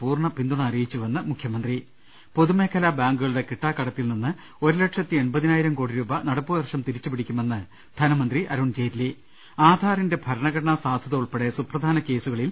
പൂർണ്ണ പിന്തുണ അറിയിച്ചുവെന്ന് മുഖ്യമന്ത്രി പൊതുമേഖലാ ബാങ്കുകളുടെ ്കിട്ടാക്ക്ട്ടത്തിൽ നിന്ന് ഒരുലക്ഷത്തി എൺപതിനായിരം കോടി രൂപ നടപ്പുവർഷം തിരിച്ചുപിടിക്കുമെന്ന് ധനമന്ത്രി അരുൺ ജെയ്റ്റ്ലി ആധാറിന്റെ ഭരണഘടനാ സാധുത ഉൾപ്പെടെ സുപ്രധാന കേസുകളിൽ